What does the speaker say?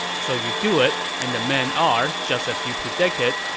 so you do it, and the men are, just as you predicted,